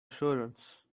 assurance